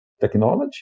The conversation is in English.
technology